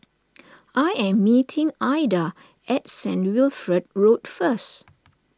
I am meeting Aida at Saint Wilfred Road first